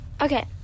Okay